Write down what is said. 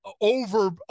over –